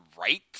Right